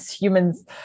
humans